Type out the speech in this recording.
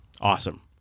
Awesome